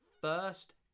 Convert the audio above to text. first